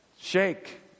shake